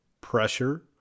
pressure